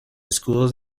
escudos